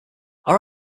our